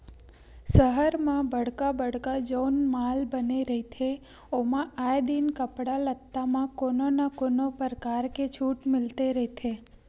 सहर म बड़का बड़का जउन माल बने रहिथे ओमा आए दिन कपड़ा लत्ता म कोनो न कोनो परकार के छूट मिलते रहिथे